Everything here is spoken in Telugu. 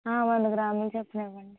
వంద గ్రాములు చొప్పున ఇవ్వండి